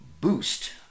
boost